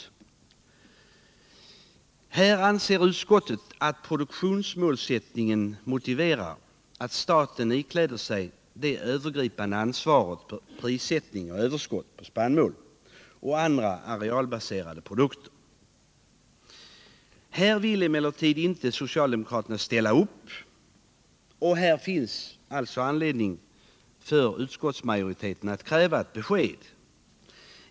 Utskottet anser att produktionsmålsättningen motiverar att staten ikläder sig det övergripande ansvaret för prissättning, överskott på spannmål och andra arealbaserade produkter. Här vill emellertid inte socialdemokraterna ställa upp och här finns alltså anledning för utskottsmajoriteten att kräva ett besked.